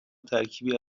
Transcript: ترکیبی